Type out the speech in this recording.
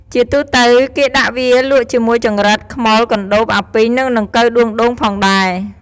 ជាទូទៅ គេដាក់វាលក់ជាមួយចង្រិត ខ្មុល កណ្ដូប អាពីង និងដង្កូវដួងដូងផងដែរ។